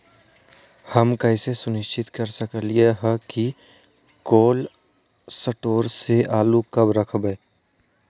हम कैसे सुनिश्चित कर सकली ह कि कोल शटोर से आलू कब रखब?